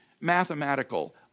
mathematical